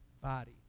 body